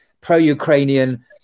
pro-ukrainian